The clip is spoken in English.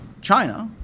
China